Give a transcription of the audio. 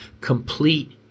Complete